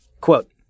Quote